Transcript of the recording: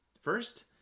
First